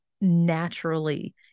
naturally